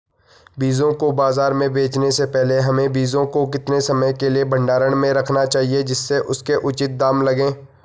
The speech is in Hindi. बीजों को बाज़ार में बेचने से पहले हमें बीजों को कितने समय के लिए भंडारण में रखना चाहिए जिससे उसके उचित दाम लगें?